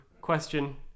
question